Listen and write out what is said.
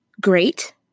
great